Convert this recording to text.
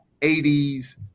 80s